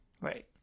right